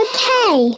Okay